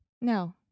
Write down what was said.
No